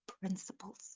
principles